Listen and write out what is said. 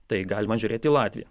tai galima žiūrėt į latviją